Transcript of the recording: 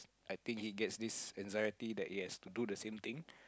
I think he gets this anxiety that he has to do the same thing